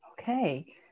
Okay